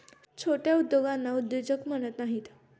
छोट्या उद्योगांना उद्योजक म्हणत नाहीत